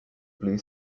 blue